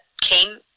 came